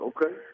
Okay